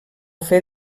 fer